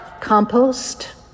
compost